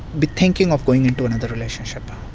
be thinking of going into another relationship.